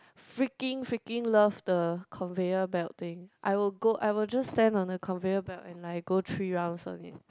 freaking freaking love the conveyor belt thing I will go I will just stand on the conveyor belt and I go three rounds on it